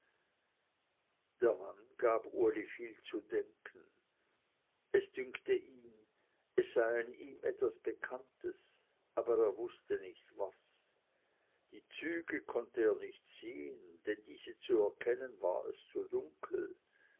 der mann gab uli viel zu denken es dünkte ihn es sei an ihm etwas bekanntes aber er wußte nicht was die züge konnte er nicht sehen denn diese zu erkennen war es zu dunkel